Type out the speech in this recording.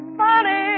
funny